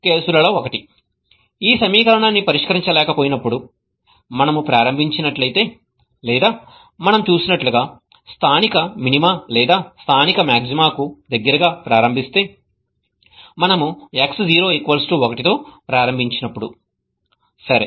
కేసులలో ఒకటి ఈ సమీకరణాన్ని పరిష్కరించలేకపోయినప్పుడు మనము ప్రారంభించినట్లయితే లేదా మనం చూసినట్లుగా స్థానిక మినిమా లేదా స్థానిక మాగ్జిమాకు దగ్గరగా ప్రారంభిస్తే మనము x0 1 తో ప్రారంభించినప్పుడు సరే